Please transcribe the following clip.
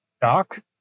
Doc